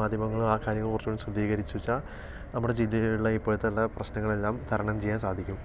മാധ്യമങ്ങളും ആ കാര്യങ്ങൾ കുറച്ച് കൂടി ശ്രദ്ധിച്ച് വച്ചാൽ നമ്മുടെ ജില്ലയിലുള്ള ഇപ്പോഴത്തെ എല്ലാ പ്രശ്നങ്ങളെല്ലാം തരണം ചെയ്യാൻ സാധിക്കും